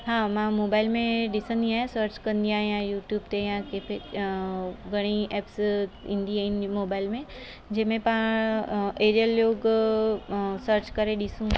हा मां मोबाइल में ॾिसंदी आहियां सर्च कंदी आहियां यूट्यूब ते या कंहिं ते वरी ऐप्स ईंदी आहिनि मोबाइल में जंहिंमे पाण एरियल योगा सर्च करे ॾिसूं